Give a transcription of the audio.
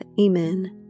Amen